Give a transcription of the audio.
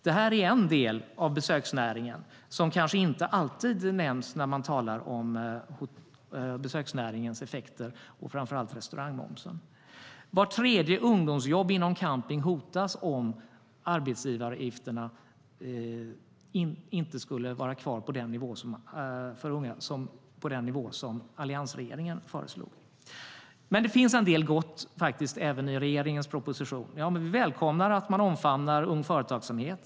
Det är en del av besöksnäringen som kanske inte alltid nämns när man talar om besöksnäringens effekter och framför allt restaurangmomsen. Vart tredje ungdomsjobb inom camping hotas om arbetsgivaravgifterna för unga inte skulle vara kvar på den nivå som alliansregeringen föreslog. Det finns faktiskt även en del gott i regeringens proposition. Vi välkomnar att man omfamnar ung företagsamhet.